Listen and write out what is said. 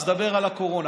אז דבר על הקורונה,